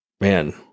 man